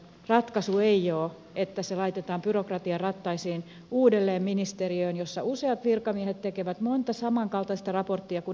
ratkaisu ei ole että se laitetaan byrokratian rattaisiin uudelleen ministeriöön jossa useat virkamiehet tekevät monta samankaltaista raporttia kuin edellisenäkin vuonna